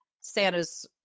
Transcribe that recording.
Santa's